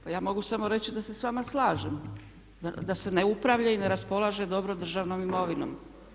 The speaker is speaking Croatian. Pa ja mogu samo reći da se s vama slažem, da se ne upravlja i ne raspolaže dobro državnom imovinom.